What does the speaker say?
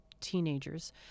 teenagers